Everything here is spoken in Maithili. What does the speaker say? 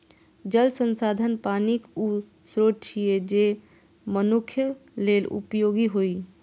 जल संसाधन पानिक ऊ स्रोत छियै, जे मनुक्ख लेल उपयोगी होइ